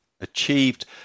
achieved